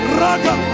raga